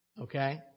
Okay